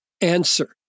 Answer